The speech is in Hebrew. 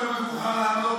תודה רבה.